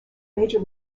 major